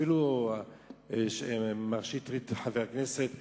אפילו חבר הכנסת שטרית,